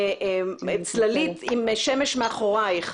צללית עם שמש מאחורייך,